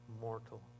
mortal